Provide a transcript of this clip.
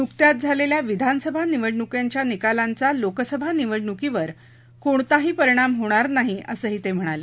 नुकत्याच झालेल्या विधानसभा निवडणुकांच्या निकालांचा लोकसभा निवडणुकीवर कोणता परिणाम होणार नाही असंही ते म्हणाले